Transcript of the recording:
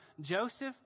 Joseph